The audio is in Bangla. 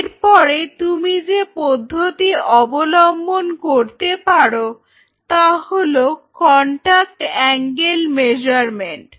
এরপরে তুমি যে পদ্ধতি অবলম্বন করতে পারো তা হলো কন্টাক্ট অ্যাঙ্গেল মেজারমেন্ট